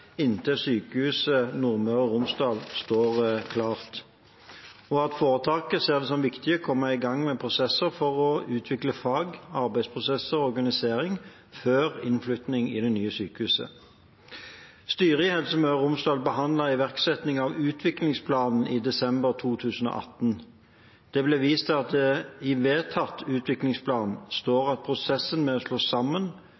inntil Sykehuset Nordmøre og Romsdal står klart, og at foretaket ser det som viktig å komme i gang med prosesser for å utvikle fag, arbeidsprosesser og organisering før innflytting i det nye sykehuset. Styret i Helse Møre og Romsdal behandlet iverksetting av utviklingsplanen i desember 2018. Det blir vist til at det i vedtatt utviklingsplan